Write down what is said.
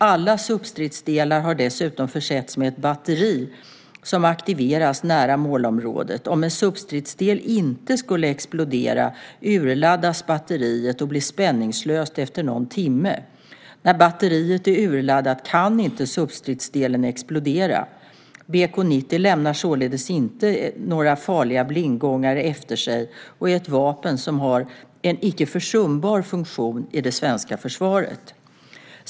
Alla substridsdelar har dessutom försetts med ett batteri som aktiveras nära målområdet. Om en substridsdel inte skulle explodera urladdas batteriet och blir spänningslöst efter någon timme. När batteriet är urladdat kan inte substridsdelen explodera. BK 90 lämnar således inte efter sig några farliga blindgångare och är ett vapen som har en icke försumbar funktion i det svenska försvaret.